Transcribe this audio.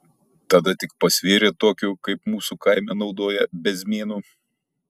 tada tik pasvėrė tokiu kaip mūsų kaime naudoja bezmėnu